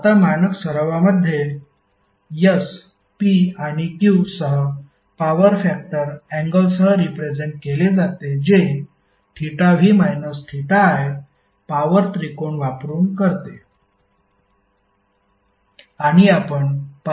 आता मानक सरावमध्ये S P आणि Q सह पॉवर फॅक्टर अँगलसह रिप्रेझेन्ट केले जाते जे v i पॉवर त्रिकोण वापरुन करते